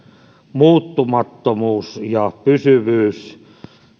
muuttumattomuus ja pysyvyys